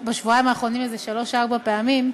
בשבועיים האחרונים איזה שלוש-ארבע פעמים,